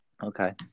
Okay